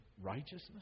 Righteousness